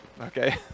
Okay